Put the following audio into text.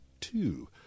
two